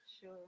Sure